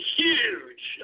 huge